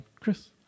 Chris